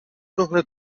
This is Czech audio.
tohle